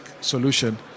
solution